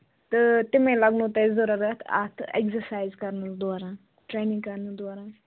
تہٕ تِمَے لَگنو تۄہہِ ضروٗرت اَتھ اٮ۪گزرسایِز کَرنَس دوران ٹرٛٮینِنٛگ کَرنَس دوران